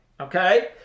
Okay